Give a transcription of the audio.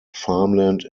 farmland